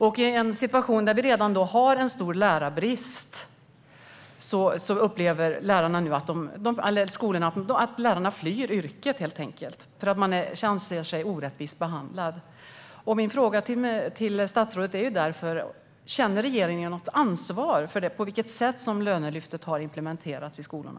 I en situation där vi redan har en stor lärarbrist upplever skolorna nu att lärarna flyr yrket, eftersom de anser sig orättvist behandlade. Min fråga till statsrådet är därför om regeringen känner något ansvar för hur lönelyftet har implementerats i skolorna.